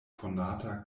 konata